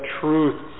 truth